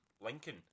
Lincoln